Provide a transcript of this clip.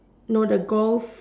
no the golf